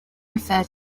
refer